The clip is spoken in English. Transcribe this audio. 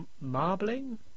marbling